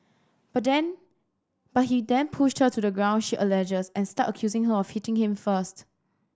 but then but he then pushed her to the ground she alleges and started accusing her of hitting him first